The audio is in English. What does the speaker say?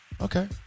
Okay